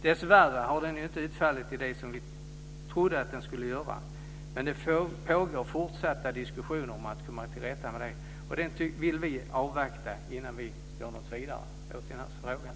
Dessvärre har den inte utfallit i det som vi trodde, men det pågår fortsatta diskussioner för att komma till rätta med det. Vi vill avvakta dem innan vi gör något vidare i den här frågan.